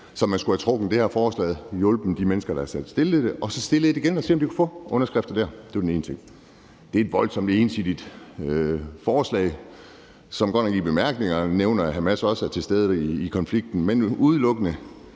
Så man skulle have trukket det her forslag tilbage og hjulpet de mennesker, der har stillet det, og så fremsat det igen og set, om man kunne få underskrifter. Det var den ene ting. Det er et voldsomt ensidigt forslag, som godt nok i bemærkningerne nævner, at Hamas også er til stede i konflikten, men som udelukkende